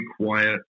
quiet